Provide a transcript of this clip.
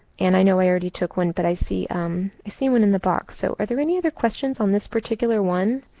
and i know i already took one. but i see um i see one in the box, so are there any other questions on this particular one?